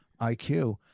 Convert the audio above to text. IQ